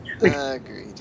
Agreed